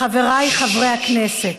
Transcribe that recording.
חבריי חברי הכנסת,